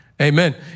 Amen